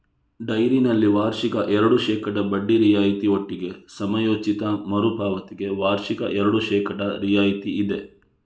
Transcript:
ಡೈರಿನಲ್ಲಿ ವಾರ್ಷಿಕ ಎರಡು ಶೇಕಡಾ ಬಡ್ಡಿ ರಿಯಾಯಿತಿ ಒಟ್ಟಿಗೆ ಸಮಯೋಚಿತ ಮರು ಪಾವತಿಗೆ ವಾರ್ಷಿಕ ಎರಡು ಶೇಕಡಾ ರಿಯಾಯಿತಿ ಇದೆ